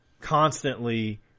constantly